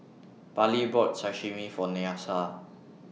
Parlee bought Sashimi For Nyasia